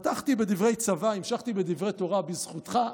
פתחתי בדברי צבא והמשכתי בדברי תורה, בזכותך.